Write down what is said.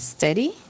Steady